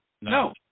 No